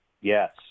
Yes